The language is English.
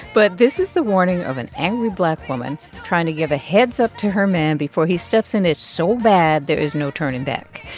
but this is the warning of an angry black woman trying to give a heads-up to her man before he steps in it so bad there is no turning back.